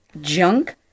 Junk